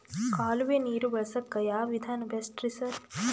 ಕಾಲುವೆ ನೀರು ಬಳಸಕ್ಕ್ ಯಾವ್ ವಿಧಾನ ಬೆಸ್ಟ್ ರಿ ಸರ್?